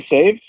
save